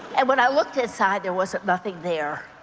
and when i looked inside there wasn't nothing there.